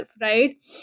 right